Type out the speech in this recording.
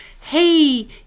hey